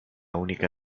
única